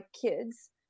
kids